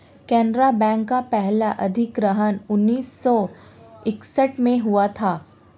Canara bank का पहला अधिग्रहण उन्नीस सौ इकसठ में हुआ था